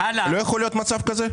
לא יכול להיות מצב כזה?